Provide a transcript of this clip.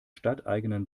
stadteigenen